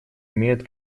имеют